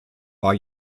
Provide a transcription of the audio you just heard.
war